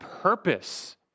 purpose